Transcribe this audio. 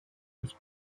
was